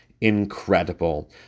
incredible